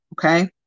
okay